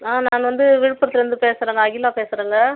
ஆ நான் வந்து விழுப்புரத்துலேருந்து பேசுகிறேங்க அகிலா பேசுகிறேங்க